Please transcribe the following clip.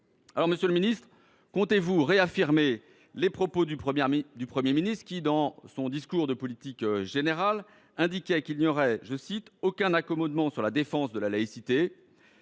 Monsieur le ministre, comptez vous réaffirmer les propos du Premier ministre, qui, dans son discours de politique générale, indiquait qu’il n’y aurait « aucun accommodement sur la défense de la laïcité »